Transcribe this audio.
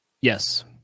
Yes